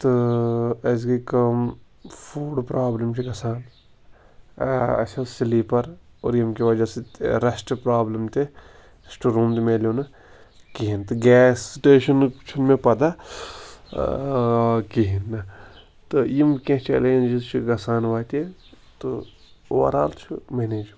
تہٕ اَسہِ گٔے کٲم فُڈ پرٛابلِم چھِ گژھان اَسہِ ٲس سِلیٖپَر اور ییٚمہِ کہِ وجہ سۭتۍ رٮ۪سٹ پرٛابلِم تہِ رٮ۪شٹ روٗم تہِ ملیو نہٕ کِہیٖنۍ تہٕ گیس سِٹیشَنُک چھُنہٕ مےٚ پَتاہ کِہیٖنۍ نہٕ تہٕ یِم کیٚنٛہہ چَلینٛجِز چھِ گژھان واتہِ تہٕ اووَرآل چھُ مٮ۪نیجٕبٕل